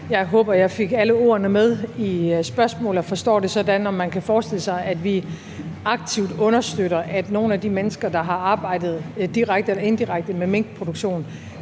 Jeg håber, at jeg fik alle ordene med i spørgsmålet, og forstår det sådan: om man kan forestille sig, at vi aktivt understøtter, at nogle af de mennesker, der har arbejdet direkte eller indirekte med minkproduktion,